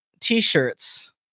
t-shirts